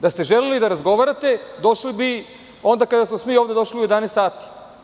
Da ste želeli da razgovarate došli bi onda kada smo mi ovde došli u 11 sati.